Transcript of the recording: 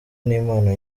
n’impano